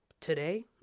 today